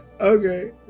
okay